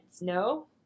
no